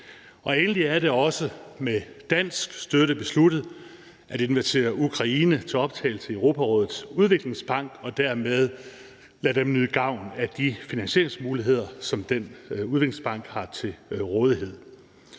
Endelig er det også med dansk støtte besluttet at invitere Ukraine til optagelse i Europarådets Udviklingsbank og dermed lade dem nyde gavn af de finansieringsmuligheder, som den udviklingsbank har til rådighed.